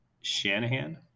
Shanahan